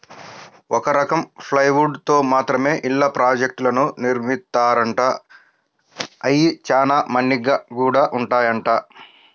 ఒక రకం ప్లైవుడ్ తో మాత్రమే ఇళ్ళ ప్రాజెక్టులను నిర్మిత్తారంట, అయ్యి చానా మన్నిగ్గా గూడా ఉంటాయంట